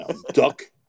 Duck